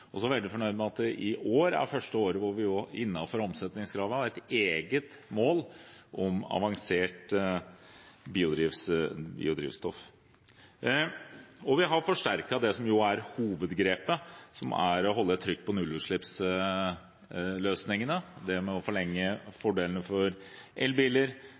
veldig fornøyd med at i år er første året da vi innenfor omsetningskravet har et eget mål om avansert biodrivstoff. Og vi har forsterket det som jo er hovedgrepet, nemlig å holde et trykk på nullutslippsløsningene – det å forlenge fordelene for